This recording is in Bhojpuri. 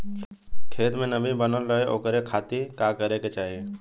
खेत में नमी बनल रहे ओकरे खाती का करे के चाही?